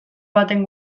baten